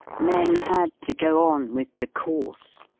men had to go on with the course.